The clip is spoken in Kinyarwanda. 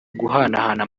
guhanahana